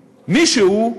מישהו,